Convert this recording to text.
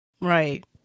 Right